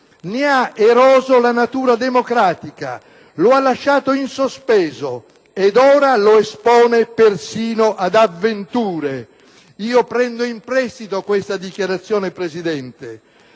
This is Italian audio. ne ha eroso la natura democratica, lo ha lasciato in sospeso ed ora lo espone persino ad avventure». Signor Presidente, prendo in prestito questa dichiarazione della